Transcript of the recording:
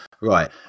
Right